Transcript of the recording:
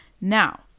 Now